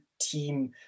team